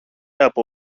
από